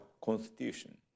constitution